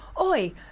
oi